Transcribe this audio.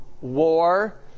war